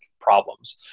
problems